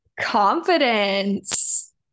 Confidence